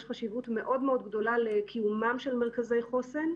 יש חשיבות מאוד-מאוד גדולה לקיומם של מרכזי חוסן,